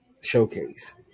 showcase